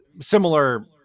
similar